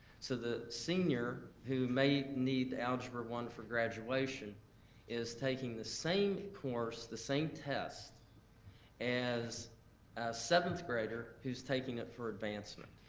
so the senior who may need algebra i for graduation is taking the same course, the same test as a seventh grader who's taking it for advancement.